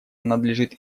надлежит